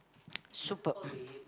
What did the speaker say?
superb